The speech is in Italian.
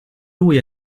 lui